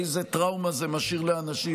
איזו טראומה זה משאיר לאנשים,